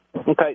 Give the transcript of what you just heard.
Okay